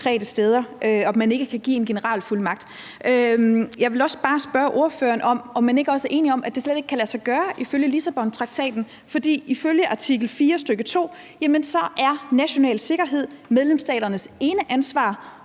at man ikke kan give en generalfuldmagt. Jeg vil også bare spørge ordføreren, om man ikke også er enig i, at det slet ikke ifølge Lissabontraktaten kan lade sig gøre. For ifølge artikel 4, stk. 2, så er national sikkerhed medlemsstaternes eneansvar.